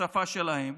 בשפה שלהם,